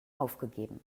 aufgegeben